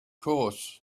course